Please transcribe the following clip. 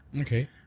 Okay